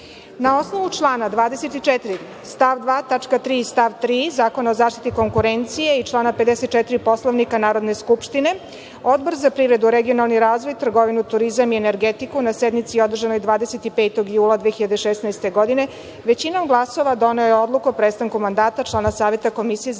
3) i stav 3. Zakona o zaštiti konkurencije i člana 54. Poslovnika Narodne skupštine, Odbor za privredu, regionalni razvoj, trgovinu, turizam i energetiku, na sednici održanoj 25. jula 2016. godine, većinom glasova doneo je odluku o prestanku mandata člana Saveta komisije za